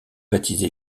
baptisé